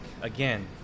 again